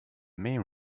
main